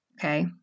Okay